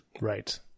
right